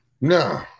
No